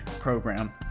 program